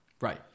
Right